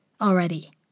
already